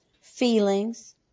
feelings